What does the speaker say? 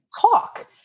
talk